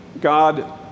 God